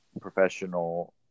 professional